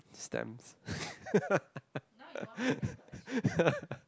stamps